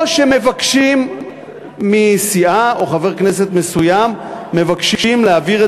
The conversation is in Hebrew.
או שסיעה או חבר כנסת מסוים מבקשים להעביר את